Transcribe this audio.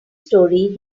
story